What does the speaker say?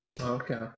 Okay